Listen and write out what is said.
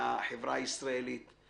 מהחברה הישראלית,